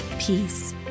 peace